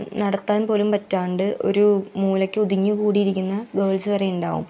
നടത്താൻ പോലും പറ്റാതെ ഒരു മൂലക്ക് ഒതുങ്ങി കൂടിയിരിക്കുന്ന ഗേൾസ് വരെ ഉണ്ടാവും